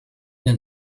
den